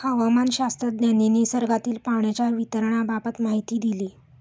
हवामानशास्त्रज्ञांनी निसर्गातील पाण्याच्या वितरणाबाबत माहिती दिली